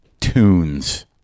tunes